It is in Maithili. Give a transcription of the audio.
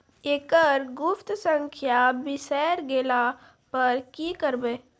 एकरऽ गुप्त संख्या बिसैर गेला पर की करवै?